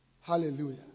Hallelujah